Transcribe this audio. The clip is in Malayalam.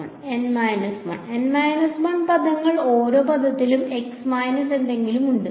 N 1 ഉണ്ട് N 1 പദങ്ങൾ ഓരോ പദത്തിനും x മൈനസ് എന്തെങ്കിലും ഉണ്ട്